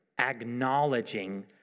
acknowledging